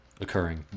occurring